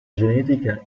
genetica